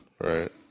Right